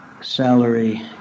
salary